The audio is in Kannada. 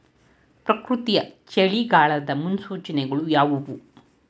ಪ್ರಕೃತಿಯ ಚಳಿಗಾಲದ ಮುನ್ಸೂಚನೆಗಳು ಯಾವುವು?